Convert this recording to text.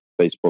Facebook